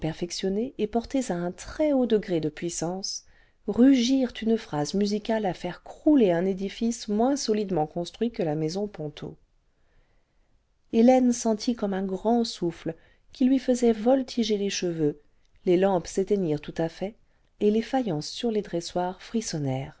et portés à un très haut degré de puissance rugirent une phrase musicale à faire crouler un édifice moins sobdement construit que la maison ponto hélène sentit comme un grand souffle qui lui faisait voltiger les cheveux les lampes s'éteignirent tout à fait et les faïences sur les dressoirs